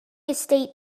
estate